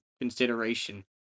consideration